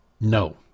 No